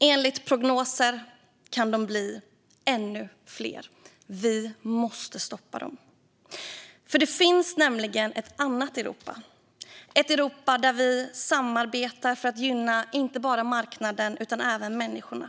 Enligt prognoser kan de bli ännu fler. Vi måste stoppa dem. Det finns nämligen ett annat Europa. Det är ett Europa där vi samarbetar för att gynna inte bara marknaden utan även människorna.